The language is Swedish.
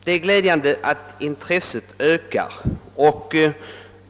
Det är glädjande att intresset ökar.